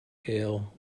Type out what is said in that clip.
gale